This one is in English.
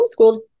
homeschooled